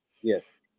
yes